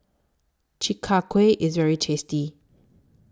Chi Kak Kuih IS very tasty